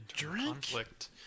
Conflict